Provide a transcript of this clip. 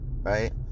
right